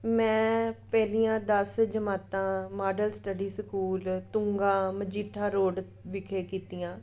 ਮੈਂ ਪਹਿਲੀਆਂ ਦਸ ਜਮਾਤਾਂ model study school Tunga Majitha road ਵਿਖੇ ਕੀਤੀਆਂ